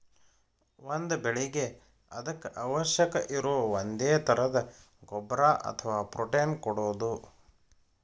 ಒಂದ ಬೆಳಿಗೆ ಅದಕ್ಕ ಅವಶ್ಯಕ ಇರು ಒಂದೇ ತರದ ಗೊಬ್ಬರಾ ಅಥವಾ ಪ್ರೋಟೇನ್ ಕೊಡುದು